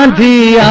and be